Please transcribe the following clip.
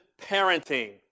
parenting